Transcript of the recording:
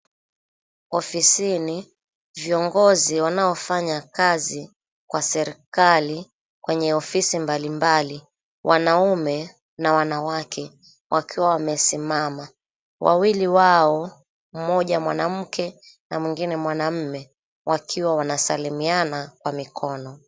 Ofisini viongozi wanaofanya kazi kwa serikali kwenye ofisi mbalimbali. Wanaume na wanawake wakiwa wamesimama. Wawili wao mmoja mwanamke, na mwingine mwanamume wakiwa wanasalimiana kwa mikono.